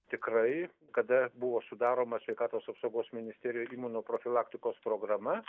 tikrai kada buvo sudaroma sveikatos apsaugos ministerijoj imunoprofilaktikos programa